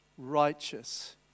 righteous